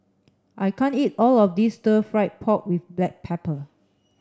I can't eat all of this stir fried pork with black pepper